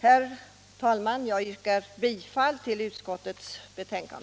Herr talman! Jag yrkar bifall till utskottets hemställan.